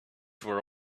were